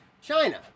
China